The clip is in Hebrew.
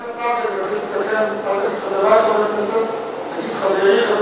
אתה אומר "חברי הכנסת", תגיד "חברי חבר הכנסת